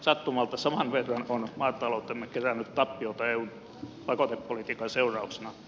sattumalta saman verran on maataloutemme kerännyt tappiota eun pakotepolitiikan seurauksena